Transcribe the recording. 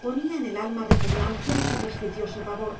ponía en el alma repugnancia y supersticioso pavor